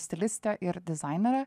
stilistę ir dizainerę